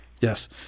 Yes